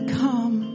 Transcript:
come